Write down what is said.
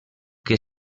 que